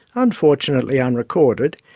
unfortunately unrecorded,